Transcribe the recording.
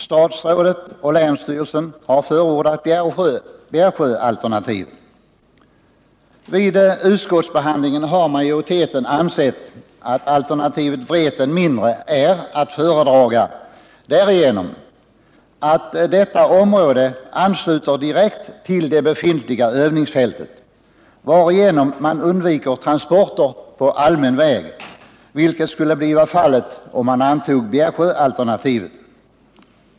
Statsrådet och länsstyrelsen har förordat Bjärsjöalternativet. Vid utskottsbehandlingen har majoriteten ansett att alternativet Vreten mindre är att föredra därigenom att detta område ansluter direkt till det befintliga övningsfältet, varigenom man undviker transport på allmän väg, som skulle ha blivit fallet om man antagit Bjärsjöalternativet.